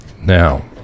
Now